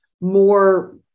more